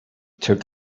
took